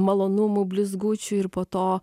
malonumų blizgučių ir po to